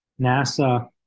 nasa